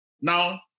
Now